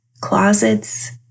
closets